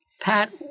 Pat